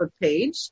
page